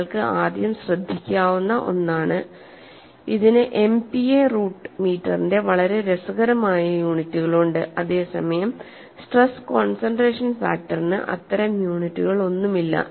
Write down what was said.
നിങ്ങൾക്ക് ആദ്യം ശ്രദ്ധിക്കാവുന്ന ഒന്നാണ് ഇതിന് എംപിഎ റൂട്ട് മീറ്ററിന്റെ വളരെ രസകരമായ യൂണിറ്റുകളുണ്ട് അതേസമയം സ്ട്രെസ് കോൺസൺട്രേഷൻ ഫാക്ടറിന് അത്തരം യൂണിറ്റുകളൊന്നുമില്ല